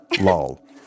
lol